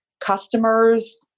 customers